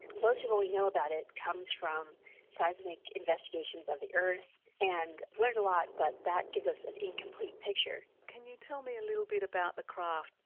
most of what we know about it comes from seismic investigations of the earth and we've learned a lot but that gives us an incomplete picture. can you tell me a little bit about the craft?